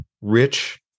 rich